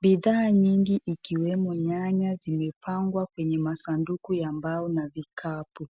Bidhaa nyingi ikiwemo nyanya zimepangwa kwenye masanduku ya mbao na vikapu.